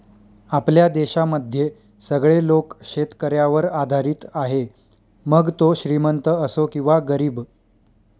आपल्या देशामध्ये सगळे लोक शेतकऱ्यावर आधारित आहे, मग तो श्रीमंत असो किंवा गरीब